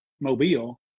Mobile